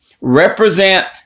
represent